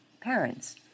parents